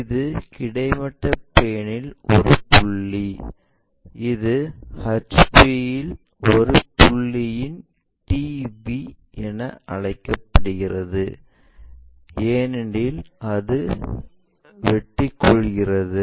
இது கிடைமட்ட பிளேன்ல் ஒரு புள்ளி இது ஹெச்பியில் ஒரு புள்ளியின் TV என்று அழைக்கப்படுகிறது ஏனென்றால் அது வெட்டிக் கொள்கிறது